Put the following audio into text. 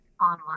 online